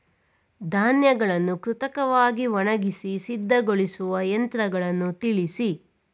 ಧಾನ್ಯಗಳನ್ನು ಕೃತಕವಾಗಿ ಒಣಗಿಸಿ ಸಿದ್ದಗೊಳಿಸುವ ಯಂತ್ರಗಳನ್ನು ತಿಳಿಸಿ?